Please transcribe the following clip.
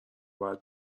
باید